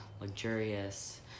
luxurious